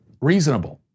Reasonable